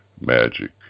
magic